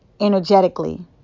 energetically